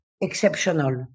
exceptional